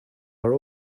are